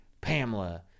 Pamela